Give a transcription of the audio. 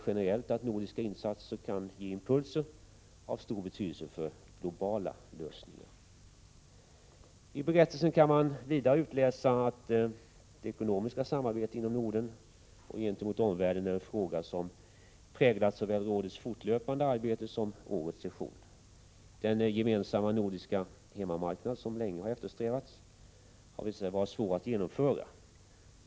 Generellt anses nordiska insatser kunna ge impulser av stor betydelse för globala lösningar. I berättelsen kan man vidare utläsa att det ekonomiska samarbetet inom Norden och gentemot omvärlden är en fråga som präglat såväl rådets fortlöpande arbete som årets session. Den gemensamma nordiska hemmamarknad som länge har eftersträvats har visat sig vara svår att genomföra.